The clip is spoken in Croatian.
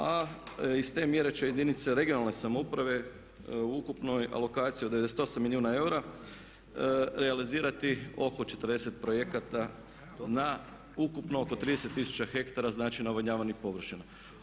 A iz te mjere će jedinice regionalne samouprave u ukupnoj alokaciji od 98 milijuna eura realizirati oko 40 projekata na ukupno oko 30 tisuća hektara znači navodnjavanih površina.